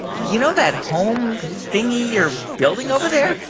you know that home thingy you're building over there?